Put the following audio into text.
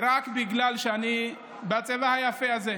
רק בגלל שאני בצבע היפה הזה.